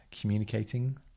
communicating